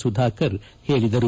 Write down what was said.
ಸುಧಾಕರ್ ಹೇಳಿದರು